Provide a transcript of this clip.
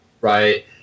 Right